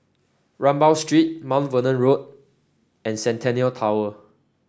Rambau Street Mount Vernon Road and Centennial Tower